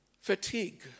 fatigue